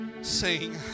sing